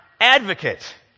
advocate